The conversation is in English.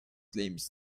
claims